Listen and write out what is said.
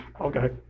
Okay